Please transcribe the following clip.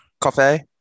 Coffee